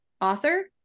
author